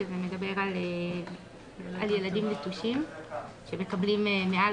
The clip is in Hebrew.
שזה מדבר על ילדים נטושים שמקבלים מעל